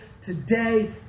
today